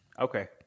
Okay